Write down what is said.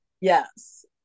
Yes